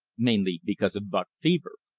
mainly because of buck fever.